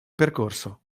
percorso